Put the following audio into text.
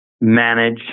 manage